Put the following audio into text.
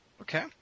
Okay